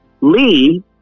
Lee